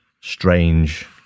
strange